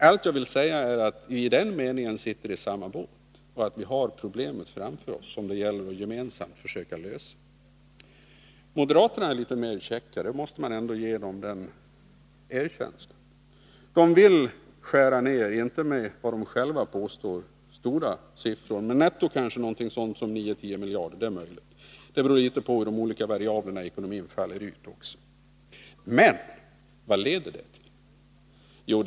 Allt jag vill säga är att vi i den meningen sitter i samma båt, och att det gäller att gemensamt försöka lösa det problem som vi har framför oss. Moderaterna är litet käckare, den erkänslan måste man ge dem. De vill skära ned, inte med vad de själva påstår, stora siffror, utan med i netto kanske 9-10 miljarder — det är möjligt. Det beror litet på hur de olika variablerna i ekonomin faller ut. Men vad leder det till?